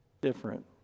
different